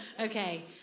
Okay